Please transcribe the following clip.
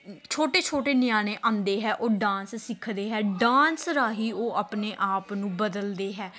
ਛੋਟੇ ਛੋਟੇ ਨਿਆਣੇ ਆਉਂਦੇ ਹੈ ਉਹ ਡਾਂਸ ਸਿੱਖਦੇ ਹੈ ਡਾਂਸ ਰਾਹੀਂ ਉਹ ਆਪਣੇ ਆਪ ਨੂੰ ਬਦਲਦੇ ਹੈ